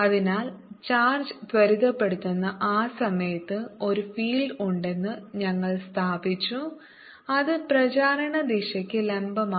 അതിനാൽ ചാർജ് ത്വരിതപ്പെടുത്തുന്ന ആ സമയത്തു ഒരു ഫീൽഡ് ഉണ്ടെന്ന് ഞങ്ങൾ സ്ഥാപിച്ചു അത് പ്രചാരണ ദിശയ്ക്ക് ലംബമാണ്